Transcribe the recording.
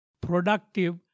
productive